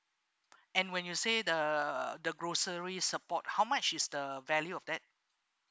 and when you say the the grocery support how much is the value of that